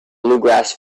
bluegrass